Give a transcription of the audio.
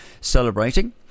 celebrating